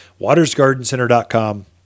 watersgardencenter.com